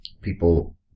people